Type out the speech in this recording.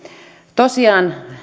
tosiaan